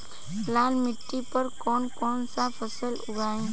लाल मिट्टी पर कौन कौनसा फसल उगाई?